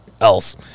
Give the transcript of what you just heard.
else